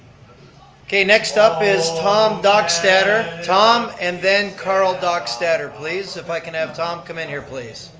okay, next up is tom dockstader. tom and then karl dockstader please, if i can have tom come in here please.